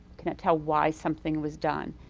cannot tell why something was done.